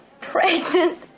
pregnant